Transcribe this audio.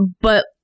but-